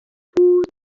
بود